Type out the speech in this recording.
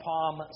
Palm